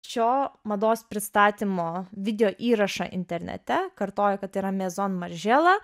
šio mados pristatymo video įrašą internete kartoju kad yra mezon maržela